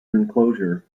enclosure